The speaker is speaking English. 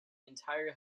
entire